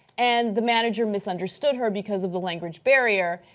and the manager misunderstood her because of the language barrier.